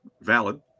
valid